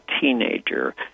teenager